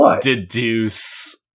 deduce